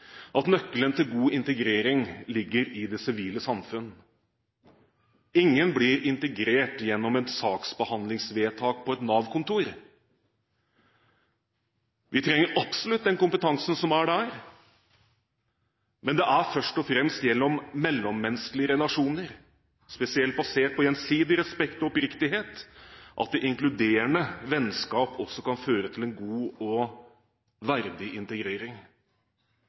at nøkkelen til god integrering ligger i det sivile samfunn. Ingen blir integrert gjennom et saksbehandlingsvedtak på et Nav-kontor. Vi trenger absolutt den kompetansen som er der, men det er først og fremst gjennom mellommenneskelige relasjoner, spesielt basert på gjensidig respekt og oppriktighet, at inkluderende vennskap kan føre til en god og verdig integrering.